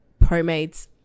promade's